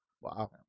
Wow